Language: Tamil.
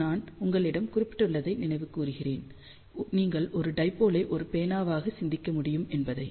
நான் உங்களிடம் குறிப்பிட்டுள்ளதை நினைவு கூர்கிறேன் நீங்கள் ஒரு டைபோலை ஒரு பேனாவாக சிந்திக்க முடியும் என்பதை